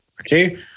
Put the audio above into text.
Okay